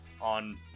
on